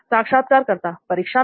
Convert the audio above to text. साक्षात्कारकर्ता परीक्षा में